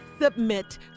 Submit